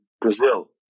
Brazil